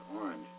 orange